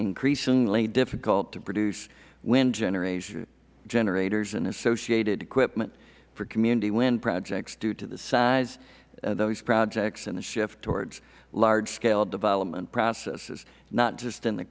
increasingly difficult to produce wind generators and associated equipment for community wind projects due to the size of those projects and a shift towards large scale development processes not just in the